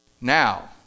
Now